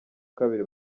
kabiri